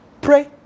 Pray